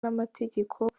n’amategeko